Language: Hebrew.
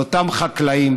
לאותם חקלאים